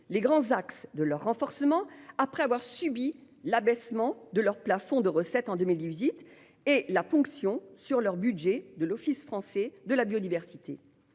les grands axes de leur renforcement, après qu'elles eurent subi l'abaissement de leur plafond de recettes en 2018 et la ponction de leur budget au profit de l'Office français de la biodiversité.